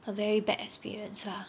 a very bad experience ah